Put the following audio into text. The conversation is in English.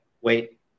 wait